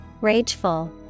rageful